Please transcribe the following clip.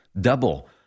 double